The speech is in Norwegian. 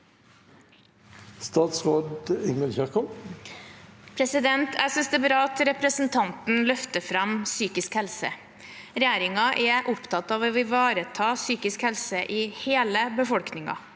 Jeg synes det er bra at representanten løfter fram psykisk helse. Regjeringen er opptatt av å ivareta psykisk helse i hele befolkningen.